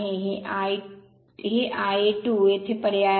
हे Ia 2 येथे पर्याय आहे